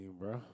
bro